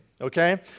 okay